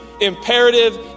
imperative